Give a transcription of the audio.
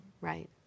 right